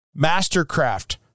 Mastercraft